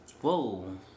Whoa